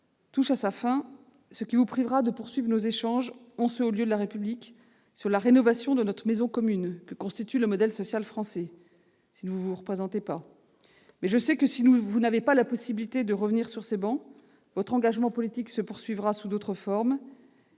touche à sa fin, ce qui vous privera de poursuivre nos échanges, en ce haut lieu de la République, sur la rénovation de notre maison commune que constitue le modèle social français. Pour autant, si vous n'avez pas la possibilité de revenir sur ces travées, je sais que votre engagement politique se poursuivra sous d'autres formes.